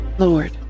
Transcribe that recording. Lord